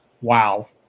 wow